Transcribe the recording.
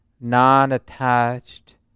non-attached